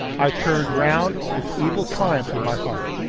i turned round with evil triumph in my heart,